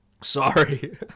Sorry